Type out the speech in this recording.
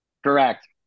Correct